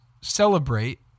celebrate